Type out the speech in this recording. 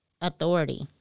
authority